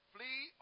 Flee